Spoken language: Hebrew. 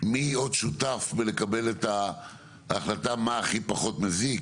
מי עוד שותף בקבלת ההחלטה של מה הכי פחות מזיק?